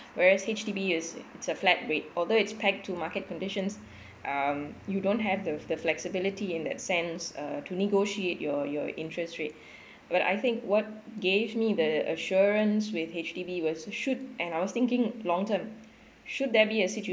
whereas H_D_B is it's a flat rate although it's pegged to market conditions um you don't have the the flexibility in that sense uh to negotiate your your interest rate but I think what gave me the assurance with H_D_B was should and I was thinking long term should there be a situation